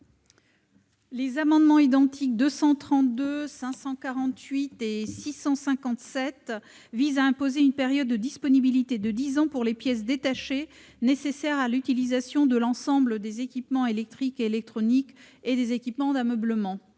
Les amendements identiques n 232 rectifié, 548 rectifié et 657 tendent à imposer une période de disponibilité de dix ans pour les pièces détachées nécessaires à l'utilisation de l'ensemble des équipements électriques et électroniques et des équipements d'ameublement.